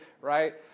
right